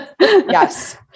yes